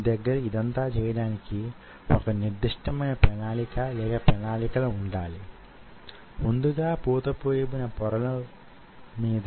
ఆ పరిజ్ఞానాన్ని అభివృద్ధి చెయ్యడంలో నా వంతు కృషి కూడా వున్నదని చెప్పడం నాకు గర్వంగా వుంది